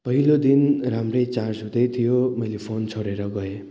पहिलो दिन राम्रै चार्ज हुँदैथियो मैले फोन छोडेर गएँ